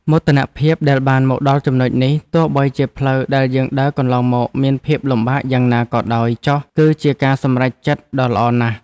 មោទនភាពដែលបានមកដល់ចំណុចនេះទោះបីជាផ្លូវដែលយើងដើរកន្លងមកមានភាពលំបាកយ៉ាងណាក៏ដោយចុះគឺជាការសម្រេចចិត្តដ៏ល្អណាស់។